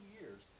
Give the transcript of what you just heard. years